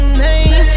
name